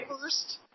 first